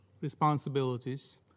responsibilities